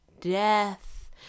death